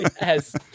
Yes